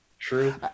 true